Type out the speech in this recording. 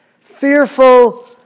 Fearful